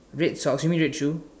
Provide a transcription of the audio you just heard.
red socks you mean red shoe